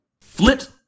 Flit